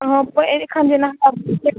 हँ लेकिन